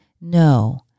No